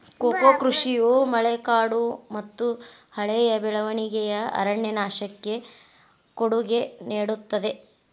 cocoa ಕೃಷಿಯು ಮಳೆಕಾಡುಮತ್ತುಹಳೆಯ ಬೆಳವಣಿಗೆಯ ಅರಣ್ಯನಾಶಕ್ಕೆ ಕೊಡುಗೆ ನೇಡುತ್ತದೆ